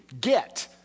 get